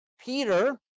Peter